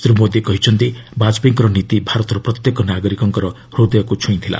ଶ୍ରୀ ମୋଦି କହିଛନ୍ତି ବାଜପେୟୀଙ୍କର ନୀତି ଭାରତର ପ୍ରତ୍ୟେକ ନାଗରିକଙ୍କ ହୃଦୟକୁ ଛୁଇଁଥିଲା